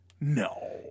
No